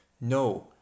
No